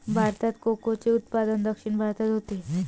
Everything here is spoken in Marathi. भारतात कोकोचे उत्पादन दक्षिण भारतात होते